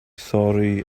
thorri